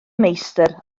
meistr